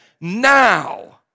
now